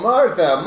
Martha